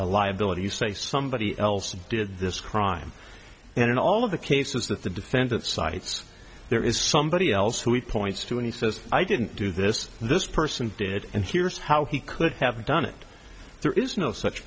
a liability you say somebody else did this crime and in all of the cases that the defendant cites there is somebody else who it points to and he says i didn't do this this person did and here's how he could have done it there is no such